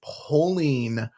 pulling